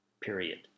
period